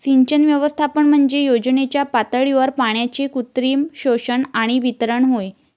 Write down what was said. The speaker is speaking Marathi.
सिंचन व्यवस्थापन म्हणजे योजनेच्या पातळीवर पाण्याचे कृत्रिम शोषण आणि वितरण होय